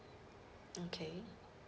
okay